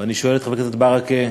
ואני שואל את חבר הכנסת ברכה: